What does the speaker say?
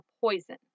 poison